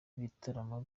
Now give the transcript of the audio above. ibitaramo